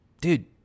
dude